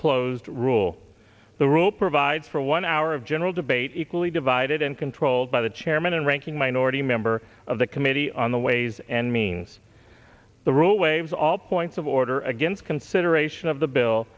closed rule the rule provides for one hour of general debate equally divided and controlled by the chairman and ranking minority member of the committee on the ways and means the rule waives all points of order against consideration of the bill